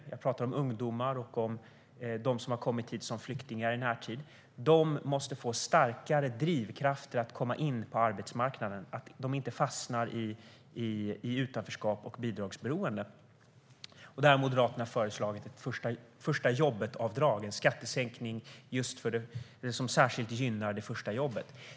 Jag pratar om ungdomar och om dem som har kommit hit som flyktingar i närtid. De måste få starkare drivkrafter för att komma in på arbetsmarknaden, så att de inte fastnar i utanförskap och bidragsberoende. Där har Moderaterna föreslagit ett förstajobbetavdrag, en skattesänkning som särskilt gynnar det första jobbet.